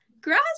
Grass